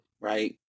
right